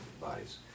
bodies